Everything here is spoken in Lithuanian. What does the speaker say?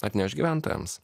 atneš gyventojams